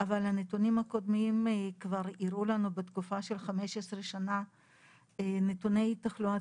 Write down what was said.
הנתונים הקודמים הראו לנו בתקופה של 15 שנים נתוני תחלואת